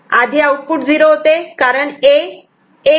आधी आउटपुट 0 होते कारण A1